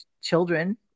children